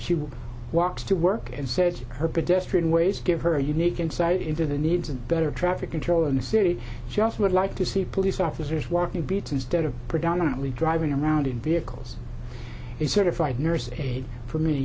she walks to work and said her pedestrian ways give her unique insight into the needs and better traffic control in the city just would like to see police officers working a bit instead of predominantly driving around in vehicles and certified nurse aide for many